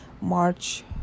March